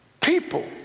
people